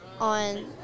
on